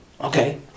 Okay